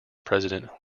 president